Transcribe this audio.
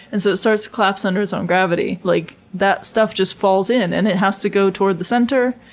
and so it starts to collapse under its own gravity. like that stuff just falls in. and it has to go toward the center,